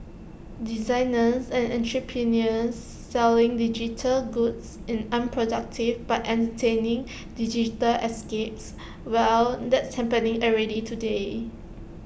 designers and entrepreneurs selling digital goods in unproductive but entertaining digital escapes well that's happening already today